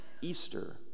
Easter